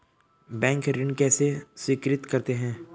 Bank ऋण कैसे स्वीकृत करते हैं?